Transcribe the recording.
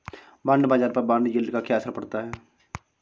Bond बाजार पर bond yield का क्या असर पड़ता है?